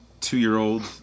two-year-old